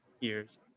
years